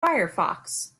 firefox